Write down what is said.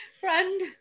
Friend